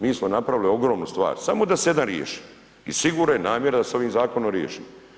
Mi smo napravili ogromnu stvar, samo da se jedan riješi i sigurno je namjera da se ovim zakonom riješi.